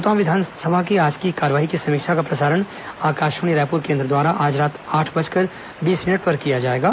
श्रोताओं विधानसभा की आज की कार्यवाही की समीक्षा का प्रसारण आकाषवाणी रायपुर केन्द्र द्वारा आज रात आठ बजकर बीस मिनट पर किया जाएगा